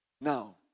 Now